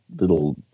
little